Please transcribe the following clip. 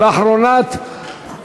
ואחרונה,